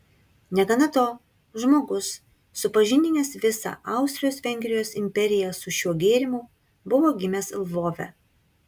negana to žmogus supažindinęs visą austrijos vengrijos imperiją su šiuo gėrimu buvo gimęs lvove